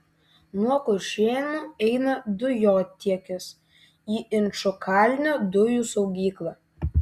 nuo kuršėnų eina dujotiekis į inčukalnio dujų saugyklą